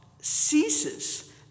ceases